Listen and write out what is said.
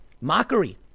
Mockery